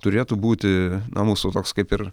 turėtų būti na mūsų toks kaip ir